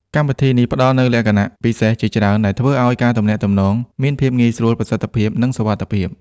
កម្មវិធីនេះផ្តល់នូវលក្ខណៈពិសេសជាច្រើនដែលធ្វើឲ្យការទំនាក់ទំនងមានភាពងាយស្រួល ប្រសិទ្ធភាព និងសុវត្ថិភាព។